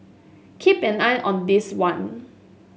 keep an eye on this one